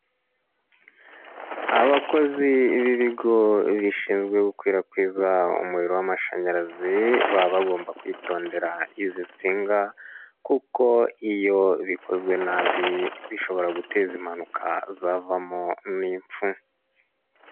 Aabakozi b'ibigo bishinzwe gukwirakwiza umuriro w'amashanyarazi baba bagomba kwitondera izi nsinga kuko iyo bikozwe nabi bishobora guteza impanuka zavamo n'impfu.